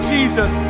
Jesus